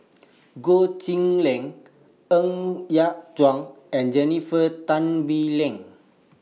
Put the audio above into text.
Goh Chiew Lye Ng Yat Chuan and Jennifer Tan Bee Leng